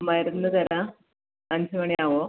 മരുന്ന് തരാം അഞ്ച് മണി ആവുമോ